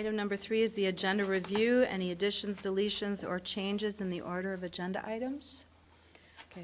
don't number three is the agenda review any additions deletions or changes in the order of agenda items